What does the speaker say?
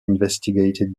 investigated